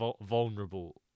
vulnerable